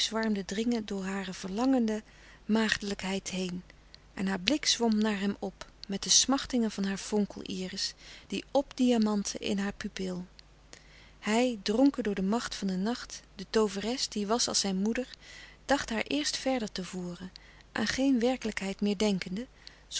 dringen door hare verlangende maagdelijkheid heen en haar blik zwom naar hem op met de smachtingen van haar vonkel iris die op diamantte in haar pupil hij dronken door de macht van den nacht de tooveres die was als zijn moeder dacht haar eerst verder te voeren aan geen werkelijkheid meer denkende